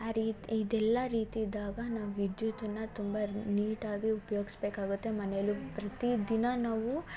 ಆ ರೀತಿ ಇದೆಲ್ಲ ರೀತಿ ಇದ್ದಾಗ ನಾವು ವಿದ್ಯುತ್ತನ್ನು ತುಂಬ ನೀಟಾಗಿ ಉಪ್ಯೋಗಿಸಬೇಕಾಗುತ್ತೆ ಮನೇಲು ಪ್ರತಿ ದಿನ ನಾವು